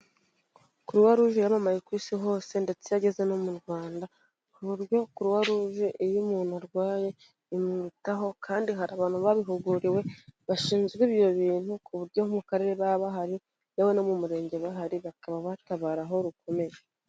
Croix Rouge yamamaye ku isi hose ndetse yageze no mu Rwanda, ku buryo Croix Rouge iyo umuntu arwaye imwitaho kandi hari abantu babihuguriwe bashinzwe ibyo bintu ku buryo nko mu Karere baba bahari, yewe no mu Murenge bahari, bakaba batabara aho rukomeye.